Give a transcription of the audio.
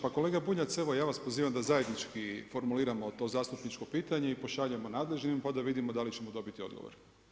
Pa kolega Bunjac evo ja vas pozivam da zajednički formuliramo to zastupničko pitanje i pošaljemo nadležnim pa da vidimo da li ćemo dobiti odgovor.